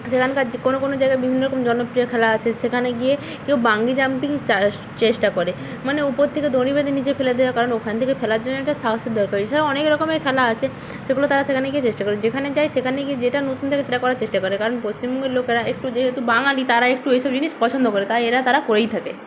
সেখানকার যে কোনো কোনো জায়গায় বিভিন্ন রকম জনপ্রিয় খেলা আছে সেখানে গিয়ে কেউ বাঞ্জি জাম্পিং চাআষ চেষ্টা করে মানে ওপর থেকে দড়ি বেঁধে নিচে ফেলে দেওয়া কারণ ওখান থেকে ফেলার জন্যে তো সাহসের দরকার এছাড়া অনেক রকমের খেলা আছে সেগুলো তারা সেখানে গিয়ে চেষ্টা করে যেখানে যায় সেখানে গিয়ে যেটা নতুন দেখে সেটা করার চেষ্টা করে কারণ পশ্চিমবঙ্গের লোকরা একটু যেহেতু বাঙালি তারা একটু এইসব জিনিস পছন্দ করে তাই এরা তারা করেই থাকে